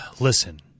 Listen